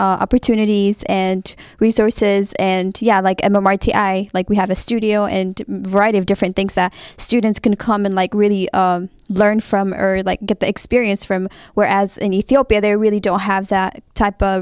opportunities and resources and yeah like mit i like we have a studio and variety of different things that students can come in like really learn from earth like get the experience from whereas in ethiopia they really don't have that type of